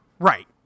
Right